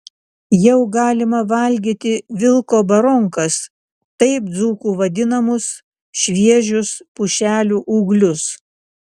jau galima valgyti vilko baronkas taip dzūkų vadinamus šviežius pušelių ūglius